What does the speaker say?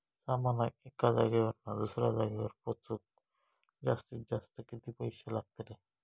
सामानाक एका जागेवरना दुसऱ्या जागेवर पोचवूक जास्तीत जास्त किती पैशे लागतले?